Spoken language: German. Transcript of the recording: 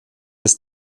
bis